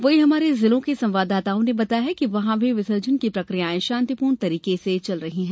वहीं हमारे जिले के संवाददाताओं ने बताया है कि वहां भी विसर्जन की प्रक्रियायें शांतिपूर्ण चल रही हैं